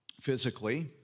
physically